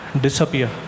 disappear